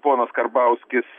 ponas karbauskis